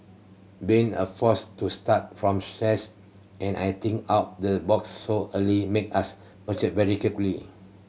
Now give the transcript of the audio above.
being a force to start from scratch and I think out the box so early made us mature very quickly